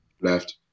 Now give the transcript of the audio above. Left